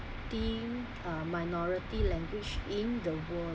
uh minority language in the world